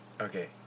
Okay